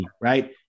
right